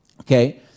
Okay